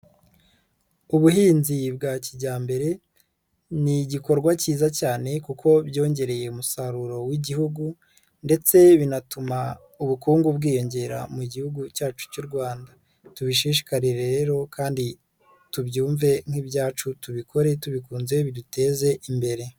Ubuhinzi bwa kijyambere ni igikorwa cyiza cyane kuko byongereye umusaruro w'igihugu ndetse binatuma ubukungu bwiyongera mu gihugu cyacu cy'u Rwanda, tubishishikarire rero kandi tubyumve nk'ibyacu tubikore tubikunze biduteze imbere.